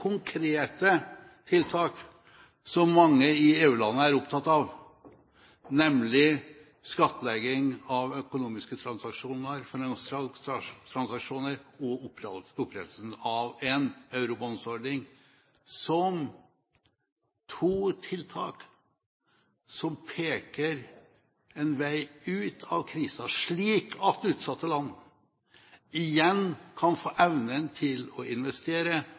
tiltak som mange EU-land er opptatt av, som peker på en vei ut av krisen, nemlig skattlegging av økonomiske transaksjoner, finanstransaksjoner, og opprettelsen av en Eurobond-ordning, slik at utsatte land igjen kan få evnen til å investere